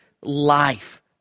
life